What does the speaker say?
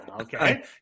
okay